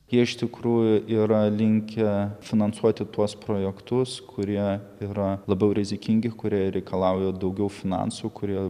jie iš tikrųjų yra linkę finansuoti tuos projektus kurie yra labiau rizikingi kurie reikalauja daugiau finansų kurie